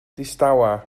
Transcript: distawa